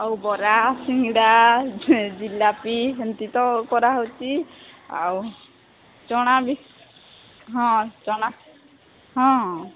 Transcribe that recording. ଆଉ ବରା ସିଙ୍ଗଡ଼ା ଜିଲାପି ଏମିତି ତ କରାହେଉଛି ଆଉ ଚଣା ବି ହଁ ଚଣା ହଁ